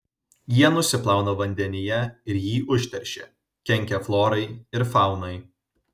jie nusiplauna vandenyje ir jį užteršia kenkia florai ir faunai